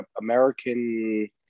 American